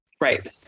Right